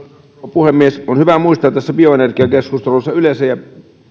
puhemies on hyvä muistaa tässä bioenergiakeskustelussa yleensä